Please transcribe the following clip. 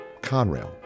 Conrail